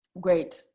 Great